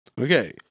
Okay